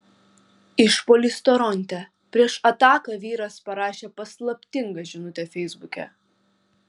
išpuolis toronte prieš ataką vyras parašė paslaptingą žinutę feisbuke